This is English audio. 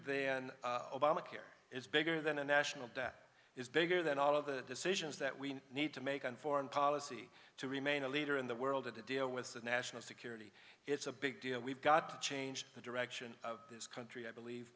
obamacare is bigger than a national debt is bigger than all of the decisions that we need to make on foreign policy to remain a leader in the world to deal with the national security it's a big deal we've got to change the direction of this country i believe